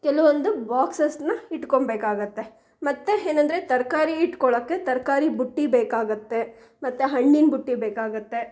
ಕೆಲವೊಂದು ಬಾಕ್ಸಸ್ನ ಇಟ್ಕೊಳ್ಬೇಕಾಗತ್ತೆ ಮತ್ತು ಏನಂದ್ರೆ ತರಕಾರಿ ಇಟ್ಕೊಳ್ಳೋಕ್ಕೆ ತರಕಾರಿ ಬುಟ್ಟಿ ಬೇಕಾಗುತ್ತೆ ಮತ್ತು ಹಣ್ಣಿನ ಬುಟ್ಟಿ ಬೇಕಾಗುತ್ತೆ